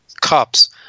cups